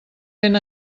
ben